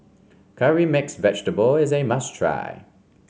Curry Mixed Vegetable is a must try